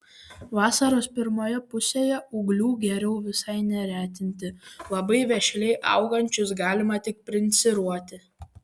vasaros pirmoje pusėje ūglių geriau visai neretinti labai vešliai augančius galima tik pinciruoti